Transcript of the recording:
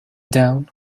down